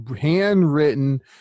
handwritten